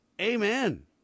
amen